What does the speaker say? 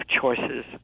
choices